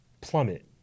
plummet